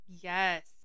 yes